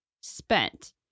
spent